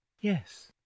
yes